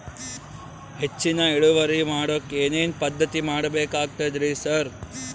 ಹೆಚ್ಚಿನ್ ಇಳುವರಿ ಮಾಡೋಕ್ ಏನ್ ಏನ್ ಪದ್ಧತಿ ಮಾಡಬೇಕಾಗ್ತದ್ರಿ ಸರ್?